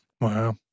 Wow